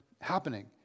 happening